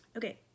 Okay